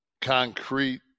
concrete